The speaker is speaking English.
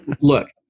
Look